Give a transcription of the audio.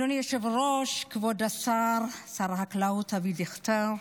אדוני היושב-ראש, כבוד שר החקלאות אבי דיכטר,